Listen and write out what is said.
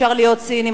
אפשר להיות ציניים,